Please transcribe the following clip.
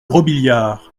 robiliard